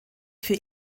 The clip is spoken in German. für